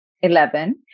eleven